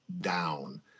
down